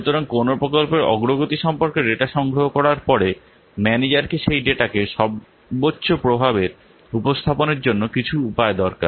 সুতরাং কোনও প্রকল্পের অগ্রগতি সম্পর্কে ডেটা সংগ্রহ করার পরে ম্যানেজারকে সেই ডাটাকে সর্বোচ্চ প্রভাবের উপস্থাপনের জন্য কিছু উপায় দরকার